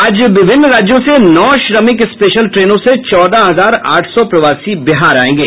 आज विभिन्न राज्यों से नौ श्रमिक स्पेशल ट्रेनों से चौदह हजार आठ सौ प्रवासी बिहार आयेंगे